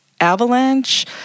avalanche